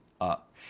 up